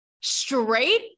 straight